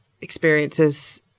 experiences